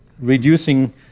reducing